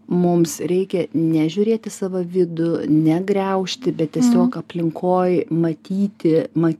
mums reikia nežiūrėt savo vidų ne griaužti bet tiesiog aplinkoj matyti ma